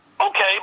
okay